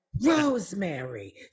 Rosemary